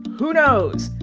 who knows?